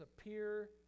appear